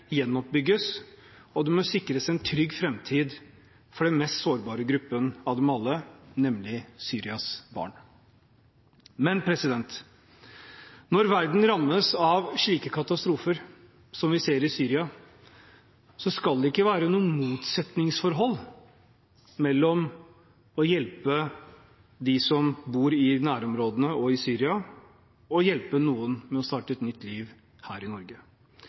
gjenoppbygges, og det må sikres en trygg framtid for den mest sårbare gruppen av dem alle, nemlig Syrias barn. Men når verden rammes av slike katastrofer som vi ser i Syria, skal det ikke være noe motsetningsforhold mellom å hjelpe dem som bor i nærområdene og i Syria, og å hjelpe noen med å starte et nytt liv her i Norge.